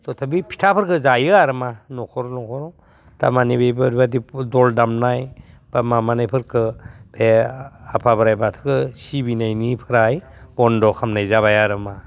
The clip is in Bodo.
हयथ' बे फिथाफोरखो जायो आरो मा न'खर न'खर थारमाने बेफोरबायदि दल दामनाय बा माबानायफोरखो बे आफा बोराय बाथौ सिबिनायनिफ्राय बन्द' खामनाय जाबाय आरो मा